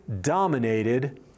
dominated